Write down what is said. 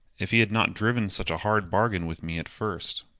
if he had not driven such a hard bargain with me at first.